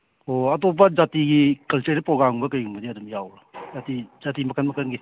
ꯑꯣ ꯑꯇꯣꯞꯄ ꯖꯥꯇꯤꯒꯤ ꯀꯜꯆꯔꯦꯜ ꯄ꯭ꯔꯣꯒ꯭ꯔꯥꯝꯒꯨꯝꯕ ꯀꯩꯒꯨꯝꯕꯗꯤ ꯑꯗꯨꯝ ꯌꯧꯕ꯭ꯔꯥ ꯖꯥꯇꯤ ꯖꯥꯇꯤ ꯃꯈꯜ ꯃꯈꯜꯒꯤ